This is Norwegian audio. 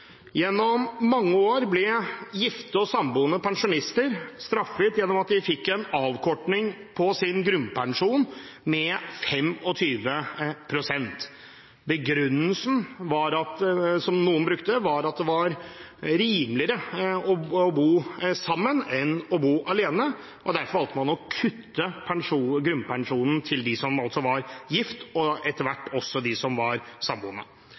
Gjennom mange år ble gifte og samboende pensjonister straffet ved at de fikk en avkortning av sin grunnpensjon på 25 pst. Begrunnelsen som noen brukte, var at det var rimeligere å bo sammen enn å bo alene, og derfor valgte man å kutte i grunnpensjonen til dem som var gift, og etter hvert også dem som var samboende.